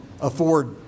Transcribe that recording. afford